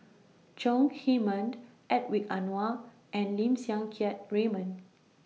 Chong Heman Hedwig Anuar and Lim Siang Keat Raymond